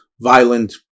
violent